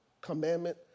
commandment